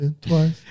twice